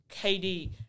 KD